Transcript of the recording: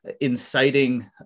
inciting